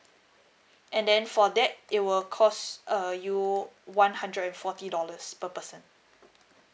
and then for that it will costs uh you one hundred and forty dollars per person